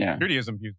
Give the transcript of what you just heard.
Judaism